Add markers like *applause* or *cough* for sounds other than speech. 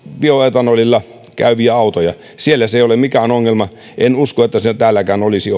bioetanolilla käyviä autoja siellä se ei ole mikään ongelma en usko että se täälläkään olisi *unintelligible*